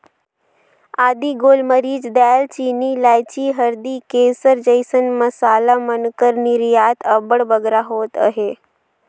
आदी, गोल मरीच, दाएल चीनी, लाइची, हरदी, केसर जइसन मसाला मन कर निरयात अब्बड़ बगरा होत अहे